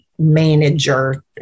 manager